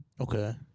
okay